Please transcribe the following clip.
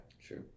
sure